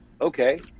Okay